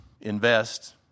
invest